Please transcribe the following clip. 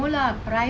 ah